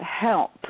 help